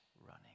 running